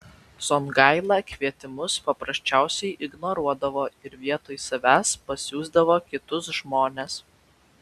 songaila kvietimus paprasčiausiai ignoruodavo ir vietoj savęs pasiųsdavo kitus žmones